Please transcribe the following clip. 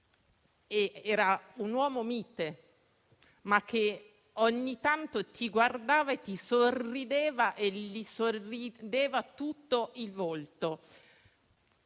Era un uomo mite; ogni tanto ti guardava, ti sorrideva e gli sorrideva tutto il volto.